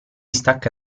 stacca